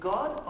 God